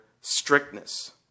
strictness